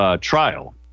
trial